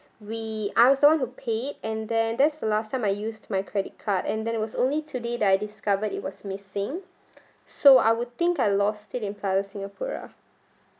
we I was the [one] who pay and then that's the last time I used my credit card and then it was only today that I discovered it was missing so I would think I lost it in plaza singapura